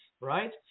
right